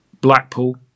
Blackpool